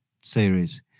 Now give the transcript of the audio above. series